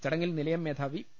ചടങ്ങിൽ നിലയം മേധാവി പി